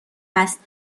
است